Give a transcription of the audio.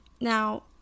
Now